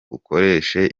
ukoreshe